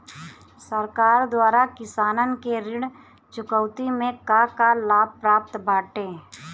सरकार द्वारा किसानन के ऋण चुकौती में का का लाभ प्राप्त बाटे?